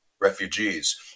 refugees